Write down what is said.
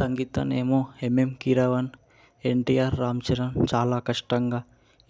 సంగీతాన్ని ఏమో ఎంఎం కీరవాణి ఎన్టిఆర్ రామ్ చరణ్ చాలా కష్టంగా